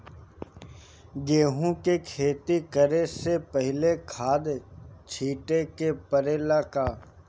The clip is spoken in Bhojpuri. गेहू के खेती करे से पहिले खाद छिटे के परेला का?